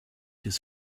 his